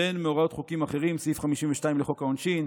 והן מהוראות חוקים אחרים: סעיף 52 לחוק העונשין,